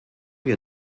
wir